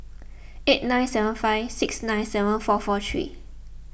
eight nine seven five six nine seven four four three